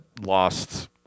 lost